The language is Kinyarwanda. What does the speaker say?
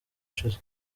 ushize